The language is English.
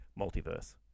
multiverse